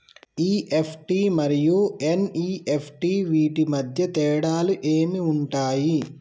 EFT మరియు NEFT వీటి మధ్య తేడాలు ఏమి ఉంటాయి?